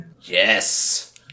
Yes